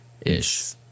Ish